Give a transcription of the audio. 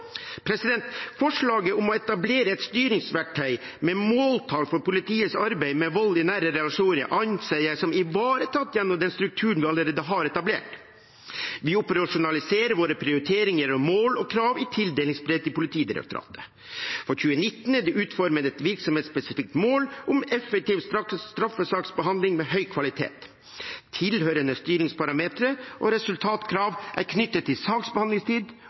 Forslaget om å etablere et styringsverktøy med måltall for politiets arbeid med vold i nære relasjoner anser jeg ivaretatt gjennom den strukturen vi allerede har etablert. Vi operasjonaliserer våre prioriteringer, mål og krav i tildelingsbrev til Politidirektoratet. For 2019 er det utformet et virksomhetsspesifikt mål om effektiv straffesaksbehandling med høy kvalitet. Tilhørende styringsparametere og resultatkrav er knyttet til saksbehandlingstid,